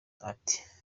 ati